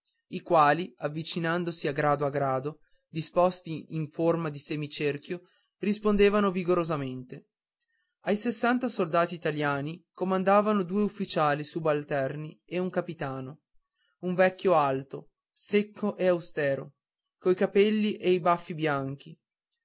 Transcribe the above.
i quali avvicinandosi a grado a grado disposti in forma di semicerchio rispondevano vigorosamente ai sessanta soldati italiani comandavano due ufficiali subalterni e un capitano un vecchio alto secco e austero coi capelli e i baffi bianchi